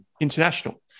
international